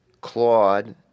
Claude